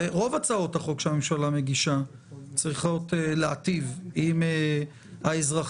רוב הצעות החוק שהממשלה מגישה צריכות להיטיב עם האזרחים.